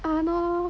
!hannor!